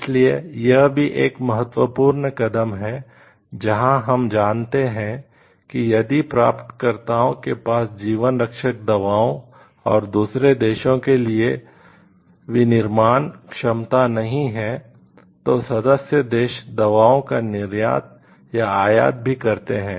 इसलिए यह भी एक महत्वपूर्ण कदम है जहां हम जानते हैं कि यदि प्राप्तकर्ताओं के पास जीवन रक्षक दवाओं और दूसरे देश के लिए विनिर्माण क्षमता नहीं है तो सदस्य देश दवाओं का निर्यात या आयात भी करते हैं